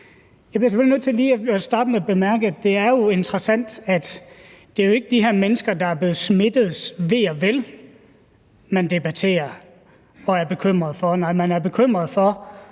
selvfølgelig nødt til lige at starte med at bemærke, at det jo er interessant, at det ikke er de her smittede menneskers ve og vel, man debatterer og er bekymret for. Nej, man er bekymret for,